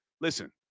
Listen